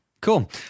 cool